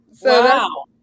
Wow